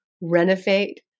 renovate